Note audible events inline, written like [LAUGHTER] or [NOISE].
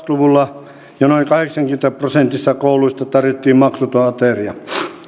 [UNINTELLIGIBLE] luvulla jo noin kahdeksassakymmenessä prosentissa kouluista tarjottiin maksuton ateria